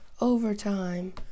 Overtime